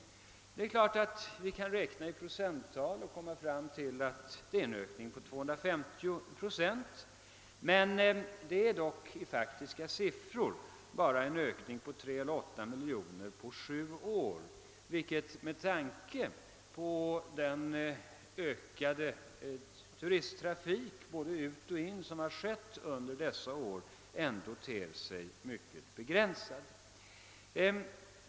Det är klart att vi kan räkna i procenttal och komma fram till en ökning på 250 procent, men detta innebär i faktiskt siffror bara en ökning på 3,8 miljoner kronor på sju år, vilket med tanke på hur turisttrafiken både ut och in har tilltagit under dessa år ändå ter sig mycket begränsat.